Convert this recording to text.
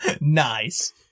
Nice